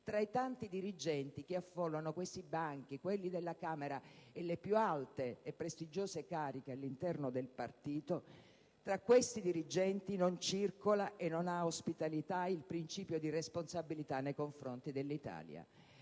tra i tanti dirigenti che affollano questi banchi e quelli della Camera e le più alte e prestigiose cariche all'interno del partito, non circola e non ha ospitalità il principio di responsabilità nei confronti dell'Italia.